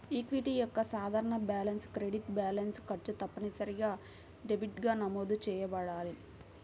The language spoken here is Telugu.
ఈక్విటీ యొక్క సాధారణ బ్యాలెన్స్ క్రెడిట్ బ్యాలెన్స్, ఖర్చు తప్పనిసరిగా డెబిట్గా నమోదు చేయబడాలి